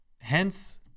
hence